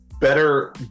better